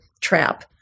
trap